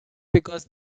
because